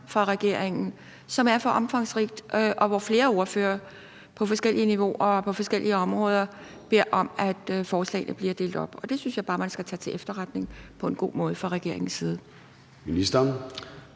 fra regeringen er for omfangsrigt, og hvor flere ordførere på forskellige niveauer og på forskellige områder beder om, at forslagene bliver delt op. Og det synes jeg bare man skal tage til efterretning på en god måde fra regeringens side.